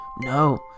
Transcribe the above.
No